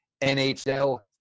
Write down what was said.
NHL